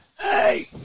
Hey